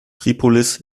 tripolis